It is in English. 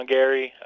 Gary